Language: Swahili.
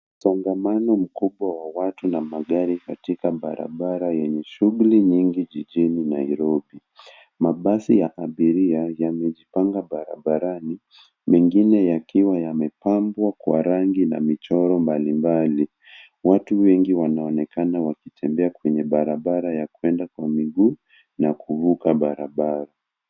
Msongamano mkubwa wa watu na magari katika barabara yenye shughuli nyingi jijini Nairobi. Mabasi ya abiria, yamejipanga barabarani, mengine yakiwa yamepambwa kwa rangi, na michoro, na rangi mbalimbali. Watu wengi wanaonekana wakitembea kwenye barabara ya kwenda kwa miguu, na kuvuka barabara.